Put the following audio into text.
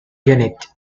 unit